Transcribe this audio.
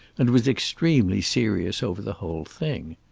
and was extremely serious over the whole thing.